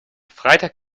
freitag